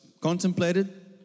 contemplated